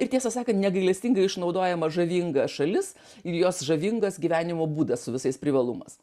ir tiesą sakant negailestingai išnaudojama žavinga šalis ir jos žavingas gyvenimo būdas su visais privalumas